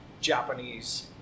Japanese